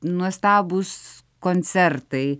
nuostabūs koncertai